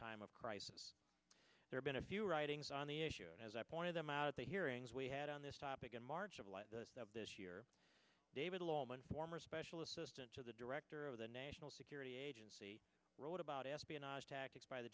time of crisis there been a few writings on the issue and as i pointed them out at the hearings we had on this topic in march of light of this year david laufman former special assistant to the director of the national security agency wrote about espionage tactics by the